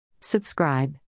Subscribe